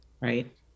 right